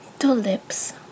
tulips